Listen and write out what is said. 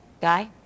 Guy